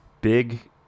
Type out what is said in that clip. big